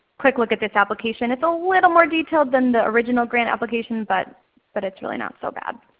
quick look at this application. it's a little more detailed than the original grant application, but but it's really not so bad.